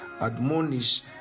admonish